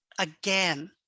Again